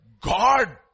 God